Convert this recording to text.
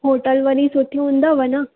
hotel वरी सुठी हूंदव है ना